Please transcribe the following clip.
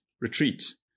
retreat